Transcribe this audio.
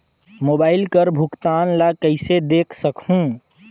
Mobile कर भुगतान ला कइसे देख सकहुं?